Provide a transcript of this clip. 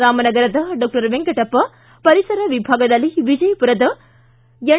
ರಾಮನಗರದ ಡಾಕ್ಟರ್ ವೆಂಕಟಪ್ಪ ಪರಿಸರ ವಿಭಾಗದಲ್ಲಿ ವಿಜಯಪುರದ ಎನ್